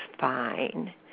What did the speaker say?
fine